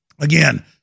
Again